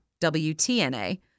WTNA